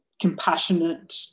compassionate